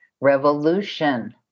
Revolution